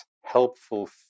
helpful